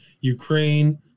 Ukraine